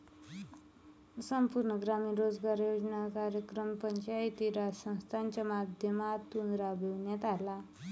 संपूर्ण ग्रामीण रोजगार योजना कार्यक्रम पंचायती राज संस्थांच्या माध्यमातून राबविण्यात आला